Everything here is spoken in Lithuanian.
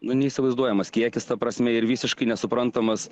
nu neįsivaizduojamas kiekis ta prasme ir visiškai nesuprantamas